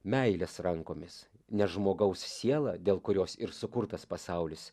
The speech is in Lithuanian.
meilės rankomis nes žmogaus sielą dėl kurios ir sukurtas pasaulis